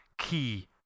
key